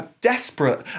desperate